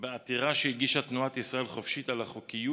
בעתירה שהגישה תנועת ישראל חופשית על החוקיות